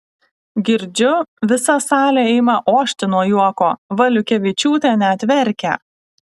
girdžiu visa salė ima ošti nuo juoko valiukevičiūtė net verkia